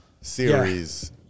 series